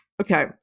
Okay